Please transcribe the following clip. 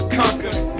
conquered